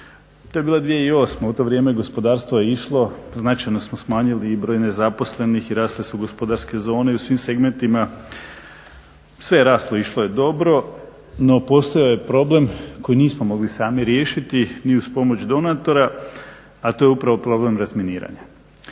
To je bila 2008., u to vrijeme gospodarstvo je išlo, značajno smo smanjili i broj nezaposlenih i rasle su gospodarske zone i u svim segmentima sve je raslo, išlo je dobro, no postojao je problem koji nismo mogli sami riješiti ni uz pomoć donatora, a to je upravo problem razminiranja.